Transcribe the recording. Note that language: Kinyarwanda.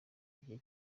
gihe